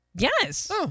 Yes